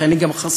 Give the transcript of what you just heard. לכן היא גם חסויה.